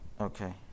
okay